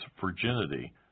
virginity